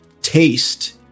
taste